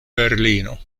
berlino